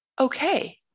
Okay